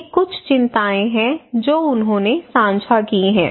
ये कुछ चिंताएँ हैं जो उन्होंने साझा की हैं